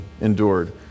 endured